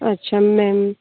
अच्छा मैम